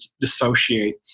dissociate